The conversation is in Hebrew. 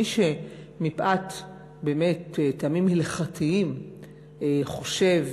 מי שמפאת טעמים הלכתיים חושב,